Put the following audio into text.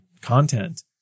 content